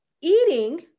Eating